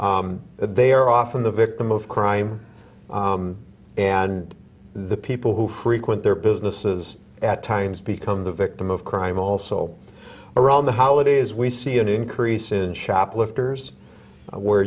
they are often the victim of crime and the people who frequent their businesses at times become the victim of crime also around the holidays we see an increase in shoplifters where